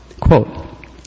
Quote